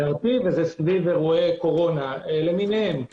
זה סביב אירועי קורונה למיניהם.